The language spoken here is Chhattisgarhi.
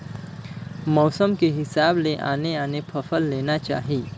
मउसम के हिसाब ले आने आने फसल लेना चाही